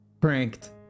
Pranked